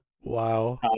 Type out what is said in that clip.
wow